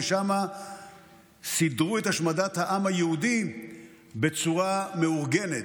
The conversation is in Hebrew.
ששם סידרו את השמדת העם היהודי בצורה מאורגנת.